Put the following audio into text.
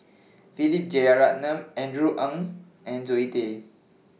Philip Jeyaretnam Andrew Ang and Zoe Tay